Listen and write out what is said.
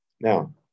Now